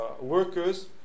workers